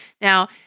Now